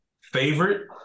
Favorite